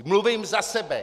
Mluvím za sebe.